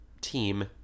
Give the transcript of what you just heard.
team